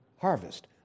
harvest